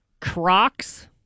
Crocs